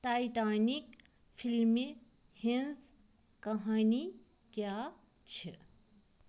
Titanic فِلمہِ ہٕنزۍ کہانی کیٛاہ چھِ